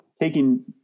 taking